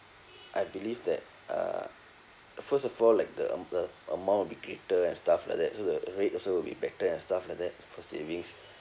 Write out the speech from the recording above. I believe that uh first of all like the the amount will be greater and stuff like that so the rate also will be better and stuff like that for savings